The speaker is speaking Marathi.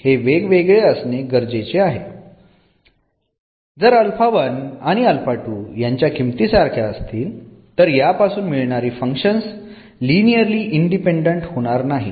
परंतु यासाठी हे वेगवेगळे असणे गरजेचे आहे जर आणि यांच्या किंमती सारख्या असतील तर यापासून मिळणारी फंक्शन्स लिनियरली इंडिपेंडंट होणार नाहीत